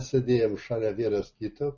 sėdėjom šalia vienas kito